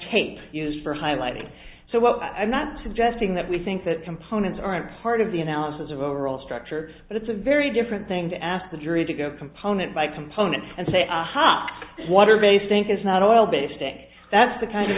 tape used for highlighting so what i'm not suggesting that we think that components aren't part of the analysis of overall structure but it's a very different thing to ask the jury to go component by component and say aha water based ink is not all basic that's the kind of